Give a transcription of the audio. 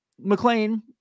McLean